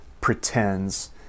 pretends